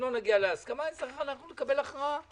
אם לא נגיע להסכמה נצטרך אנחנו לקבל הכרעה.